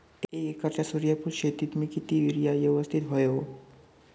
एक एकरच्या सूर्यफुल शेतीत मी किती युरिया यवस्तित व्हयो?